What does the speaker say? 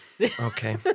Okay